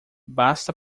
basta